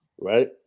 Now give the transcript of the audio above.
right